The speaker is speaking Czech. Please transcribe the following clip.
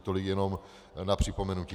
Tolik jenom na připomenutí.